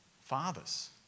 fathers